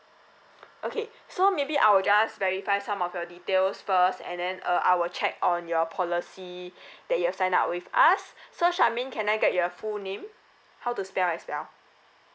okay so maybe I will just verify some of your details first and then uh I will check on your policy that you've signed up with us so charmaine can I get your full name how to spell as well